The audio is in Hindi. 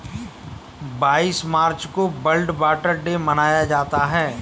बाईस मार्च को वर्ल्ड वाटर डे मनाया जाता है